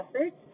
efforts